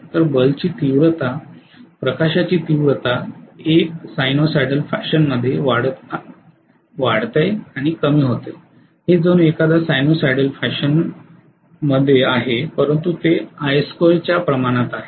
तर बल्बची तीव्रता प्रकाशाची तीव्रता एक साइनसॉइडल फॅशनमध्ये वाढेल आणि कमी होईल हे जणू एखाद्या सायनुसायडल फॅशनमध्ये आहे परंतु ते I2 च्या प्रमाणात आहे